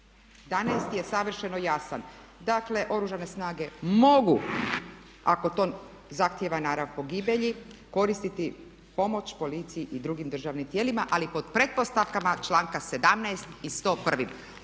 11. je savršeno jasan, dakle Oružane snage mogu ako to zahtjeva narav pogibelji koristiti pomoć policiji i drugim državnim tijelima, ali pod pretpostavkama članka 17. i 101. Ono